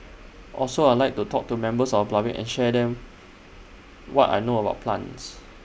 also I Like to talk to members of public and share them what I know about plants